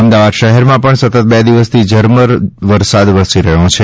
અમદાવાદ શહેરમાં પણ સતત બે દિવસથી ઝરમર વરસાદ વરસી રહયો છે